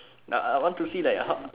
nah I I want to see like how